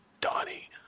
donnie